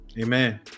Amen